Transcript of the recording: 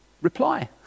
reply